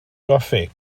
goffi